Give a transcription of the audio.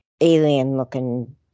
alien-looking